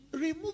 Remove